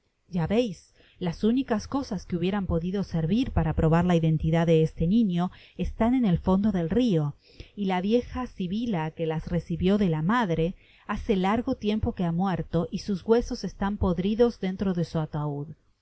ya veis las únicas cosas que hubieran podido servir para probar la identidad de este niño están en el fondo del rio y la vieja sibila que las recibió de la madre hace largo tiempo que ha muerto y sus huesos están podridos dentro de su ataud